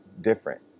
different